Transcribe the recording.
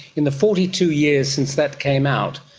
in the forty two years since that came out,